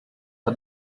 are